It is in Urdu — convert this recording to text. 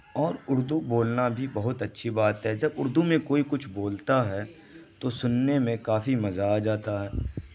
اور اردو بولنا بھی بہت اچھی بات ہے جب اردو میں کوئی کچھ بولتا ہے تو سننے میں کافی مزہ آ جاتا ہے